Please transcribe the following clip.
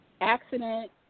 accident